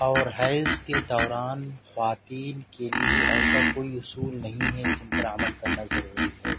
اور حیض کے دوران خواتین کے لیے ایسا کوئی اصول نہیں ہے جن پرعمل کرنا ضروری ہے